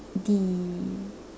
the